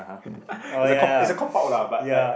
ppo it's a it's a cop out lah but like